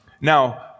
Now